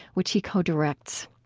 which he co-directs.